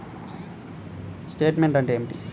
Statement అంటే ఏమిటి?